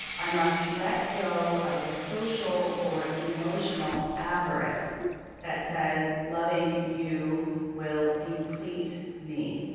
i must let go of the social or emotional avarice that says loving you will deplete me.